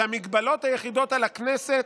שהמגבלות היחידות על הכנסת,